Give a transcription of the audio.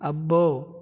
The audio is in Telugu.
అబ్బో